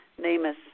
NamUs